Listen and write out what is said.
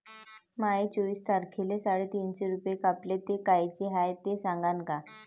माये चोवीस तारखेले साडेतीनशे रूपे कापले, ते कायचे हाय ते सांगान का?